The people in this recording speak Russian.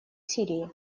сирии